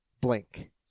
blink